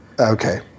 Okay